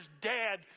dad